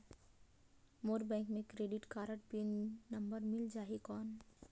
मोर bank मे credit card pin number मिल जाहि कौन?